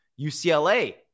UCLA